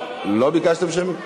לא ביקשתם שמית?